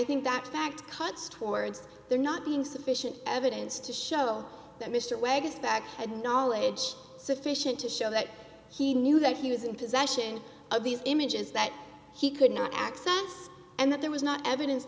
think that fact cuts towards there not being sufficient evidence to show that mr wegg had knowledge sufficient to show that he knew that he was in possession of these images that he could not access and that there was not evidence